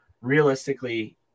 realistically